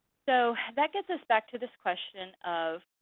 so that gets us back to this question of,